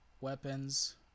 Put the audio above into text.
weapons